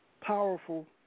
powerful